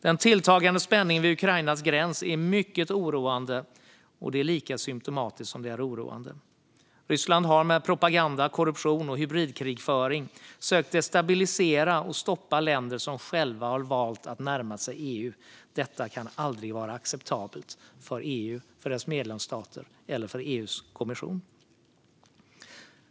Den tilltagande spänningen vid Ukrainas gräns är lika oroande som symtomatiskt. Ryssland har med propaganda, korruption och hybridkrigföring sökt destabilisera och stoppa länder som själva valt att närma sig EU. Det kan aldrig vara acceptabelt för EU, dess medlemsstater eller EU-kommissionen.